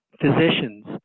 physicians